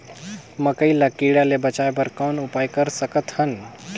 मकई ल कीड़ा ले बचाय बर कौन उपाय कर सकत हन?